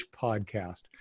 Podcast